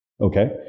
Okay